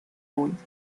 موند